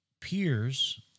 peers